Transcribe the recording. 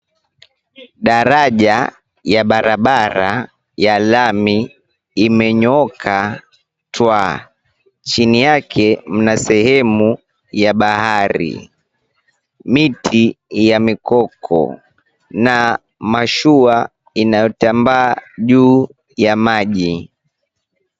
Daraja ya barabara ya lami imenyooka twaa, chini yake mna sehemu ya bahari, miti ya mikoko na mashua inayotambaa juu ya maji.